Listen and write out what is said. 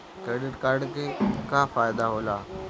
Credit card के का फायदा होला?